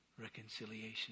reconciliation